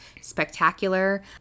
spectacular